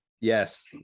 yes